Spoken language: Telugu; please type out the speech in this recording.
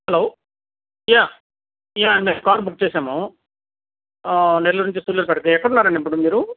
హలో యా యా అండి కార్ బుక్ చేశాము నెల్లూరు నుంచి సూళ్ళూరిపేటకి ఎక్కడున్నారండీ ఇప్పుడు మీరు